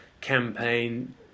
campaign